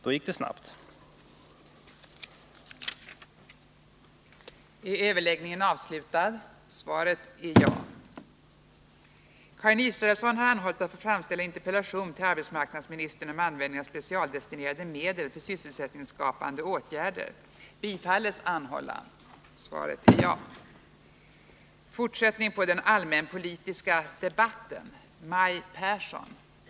Då gick det snabbt att ingripa.